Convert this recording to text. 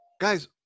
guys